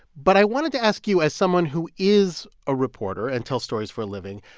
but i wanted to ask you as someone who is a reporter and tells stories for a living,